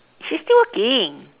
she's still working